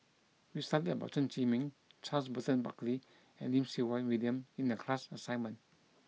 we studied about Chen Zhiming Charles Burton Buckley and Lim Siew Wai William in the class assignment